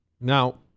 Now